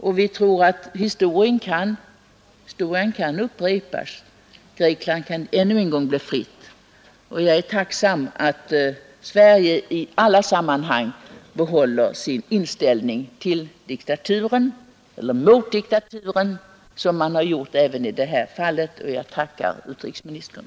Och vi tror att Historien kan upprepas. Grekland kan ännu en gång bli fritt, och jag är tacksam att Sverige i alla sammanhang behåller sin inställning mot diktaturen så som har skett även i det här fallet. Jag tackar alltså utrikesministern.